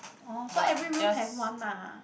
oh so every room have one lah